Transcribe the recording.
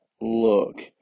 look